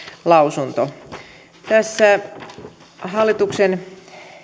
lausunto tällä hallituksen